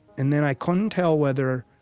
and then i couldn't tell whether,